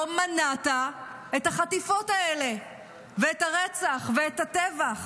לא מנעת את החטיפות האלה ואת הרצח ואת הטבח.